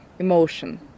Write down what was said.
Emotion